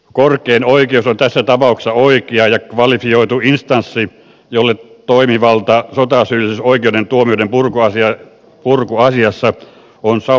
korkein oikeus on tässä tapauksessa oikea ja kvalifioitu instanssi jolle toimivalta sotasyyllisyysoikeuden tuomioiden purkuasiassa on soveliainta osoittaa